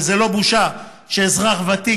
וזו לא בושה שאזרח ותיק,